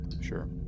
Sure